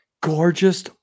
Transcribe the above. Gorgeous